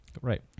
Right